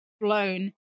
blown